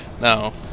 No